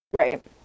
Right